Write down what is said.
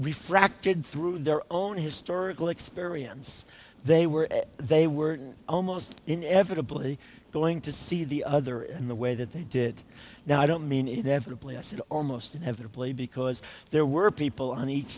refracted through their own historical experience they were they were almost inevitably going to see the other in the way that they did now i don't mean it never said almost inevitably because there were people on each